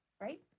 right